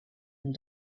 and